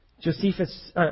Josephus